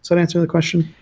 so answer the question?